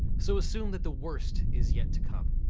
so assume that the worst is yet to come.